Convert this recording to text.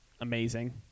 amazing